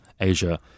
Asia